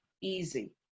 Easy